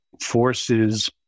forces